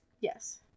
yes